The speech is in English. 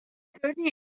thirty